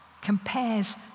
compares